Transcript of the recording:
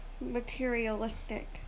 materialistic